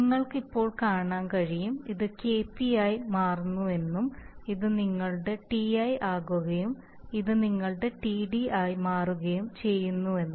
നിങ്ങൾക്ക് ഇപ്പോൾ കാണാൻ കഴിയും ഇത് Kp ആയി മാറുന്നുവെന്നും ഇത് നിങ്ങളുടെ Ti ആകുകയും ഇത് നിങ്ങളുടെ Td ആയി മാറുകയും ചെയ്യുന്നുവെന്ന്